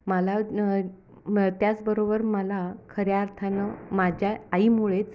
मला न म त्याचबरोबर मला खऱ्या अर्थानं माझ्या आईमुळेच